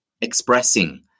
expressing